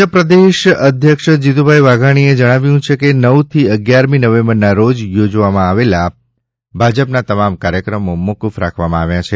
ભાજપ પ્રદેશ અધ્યક્ષ શ્રી જીતુભાઈ વાઘાણીએ જણાવ્યું છે કે નવમીથી અગિયારમી નવેમ્બરના રોજ યોજવામાં આવેલા ભાજપના તમામ કાર્યક્રમો મોકુફ રાખવામાં આવ્યા છે